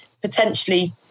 potentially